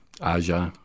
Aja